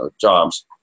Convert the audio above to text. jobs